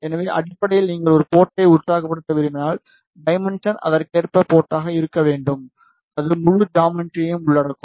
எனவே அடிப்படையில் நீங்கள் ஒரு போர்ட்டை உற்சாகப்படுத்த விரும்பினால் டைமென்ஷன் அதற்கேற்ப போர்ட்டாக இருக்க வேண்டும் அது முழு ஜாமெட்ரியையும் உள்ளடக்கும்